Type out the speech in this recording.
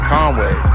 Conway